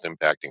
impacting